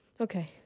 Okay